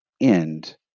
end